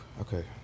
Okay